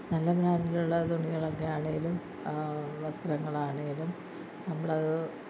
നല്ല ബ്രാൻഡിലുള്ള തുണികളൊക്കെ ആണെങ്കിലും വസ്ത്രങ്ങളാണെങ്കിലും നമ്മളത്